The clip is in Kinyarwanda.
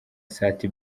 sat